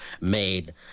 made